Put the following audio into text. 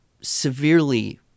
severely